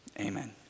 Amen